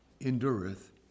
endureth